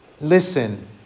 Listen